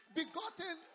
begotten